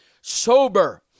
Sober